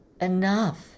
enough